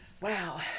Wow